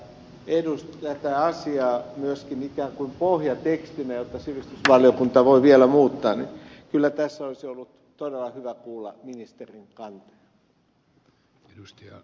hänninen tätä asiaa myöskin ikään kuin pohjatekstinä jota sivistysvaliokunta voi vielä muuttaa olisi ollut todella hyvä kuulla ministerin kanta